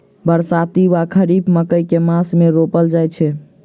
बरसाती वा खरीफ मकई केँ मास मे रोपल जाय छैय?